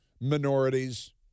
minorities